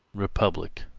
republic,